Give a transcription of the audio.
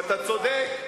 אתה צודק.